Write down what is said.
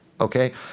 okay